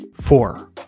Four